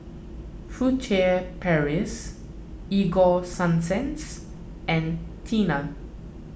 Furtere Paris Ego Sunsense and Tena